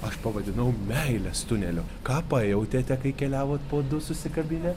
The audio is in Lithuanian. aš pavadinau meilės tuneliu ką pajautėte kai keliavot po du susikabinę